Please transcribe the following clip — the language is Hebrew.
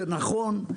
זה נכון,